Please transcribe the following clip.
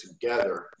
together